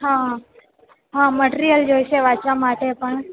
હા હા મટિરિયલ જોઈશે વાંચવા માટે પણ